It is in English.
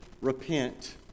repent